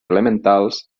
elementals